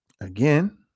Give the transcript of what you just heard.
Again